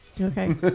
Okay